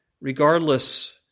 regardless